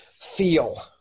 feel